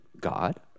God